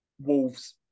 Wolves